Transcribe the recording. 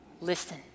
Listen